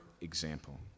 example